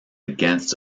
against